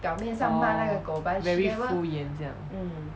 orh very 敷衍这样